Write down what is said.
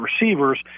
receivers